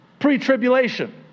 pre-tribulation